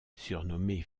surnommé